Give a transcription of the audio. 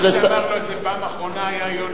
אמר לו את זה פעם אחרונה, היה יונה